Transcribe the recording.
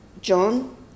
John